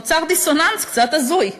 נוצר דיסוננס קצת הזוי.